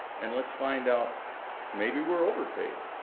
and let's find out maybe we're overpaid